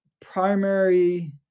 primary